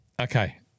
Okay